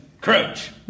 Crouch